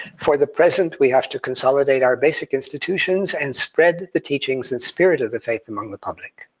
for the present, we have to consolidate our basic institutions and spread the teachings and spirit of the faith among the public.